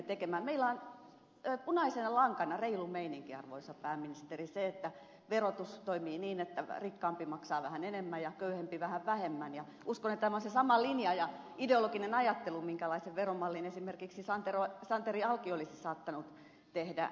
meillä on punaisena lankana reilu meininki arvoisa pääministeri se että verotus toimii niin että rikkaampi maksaa vähän enemmän ja köyhempi vähän vähemmän ja uskon että tässä on se sama linja ja ideologinen ajattelu minkä pohjalta esimerkiksi santeri alkio olisi saattanut tehdä veromallin